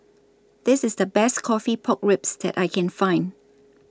This IS The Best Coffee Pork Ribs that I Can Find